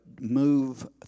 move